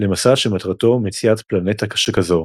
למסע שמטרתו מציאת פלנטה שכזו.